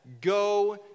Go